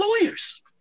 lawyers